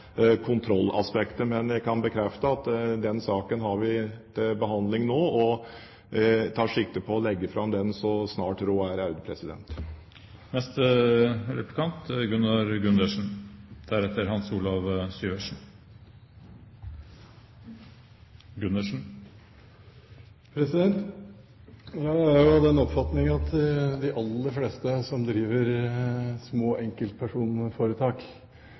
kontrollaspektet. Men jeg kan bekrefte at vi har den saken til behandling nå, og tar sikte på å legge den fram så snart råd er. Jeg er av den oppfatning at de aller fleste som driver små enkeltpersonforetak, er ærlige, hederlige mennesker som jobber hardt. De